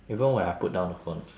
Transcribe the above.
even when I put down the phone